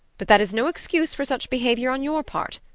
but that is no excuse for such behavior on your part.